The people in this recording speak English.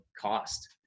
cost